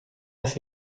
das